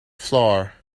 floor